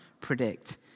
predict